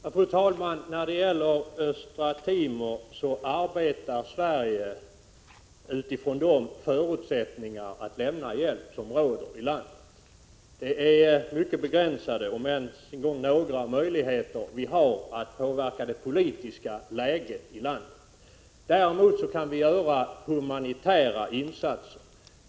Fru talman! När det gäller Östra Timor arbetar Sverige utifrån de förutsättningar att lämna hjälp som råder i landet. Vi har mycket begränsade om ens några möjligheter att påverka det politiska läget i landet. Däremot kan vi göra humanitära insatser.